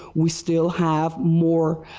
we still have more